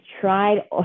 tried